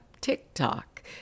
TikTok